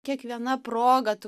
kiekviena proga tu